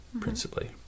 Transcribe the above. principally